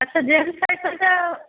ଆଚ୍ଛା ଜେଣ୍ଟସ୍ ସାଇକେଲ୍ଟା